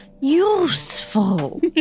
useful